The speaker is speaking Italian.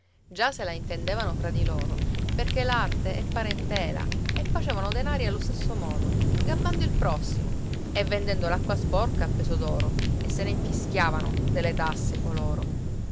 già se la intendevano fra di loro perché l'arte è parentela e facevano denari allo stesso modo gabbando il prossimo e vendendo l'acqua sporca a peso d'oro e se ne infischiavano delle tasse coloro